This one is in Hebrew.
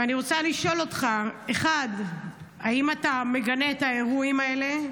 ואני רוצה לשאול אותך: 1. האם אתה מגנה את האירועים האלה?